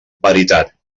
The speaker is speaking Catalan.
veritat